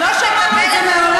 לא שמענו את זה מעולם.